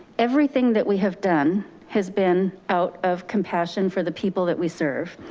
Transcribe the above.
everything that we have done has been out of compassion for the people that we serve.